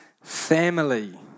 family